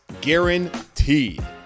guaranteed